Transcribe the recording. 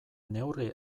neurri